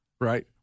Right